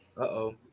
Uh-oh